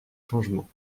changement